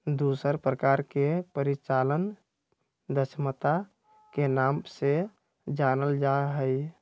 दूसर प्रकार के परिचालन दक्षता के नाम से जानल जा हई